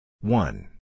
One